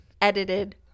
edited